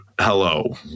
Hello